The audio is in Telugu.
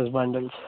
yes bundles